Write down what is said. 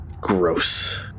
Gross